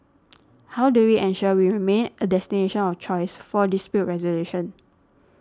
how do we ensure we remain a destination of choice for dispute resolution